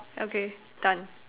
okay done